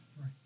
Right